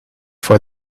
for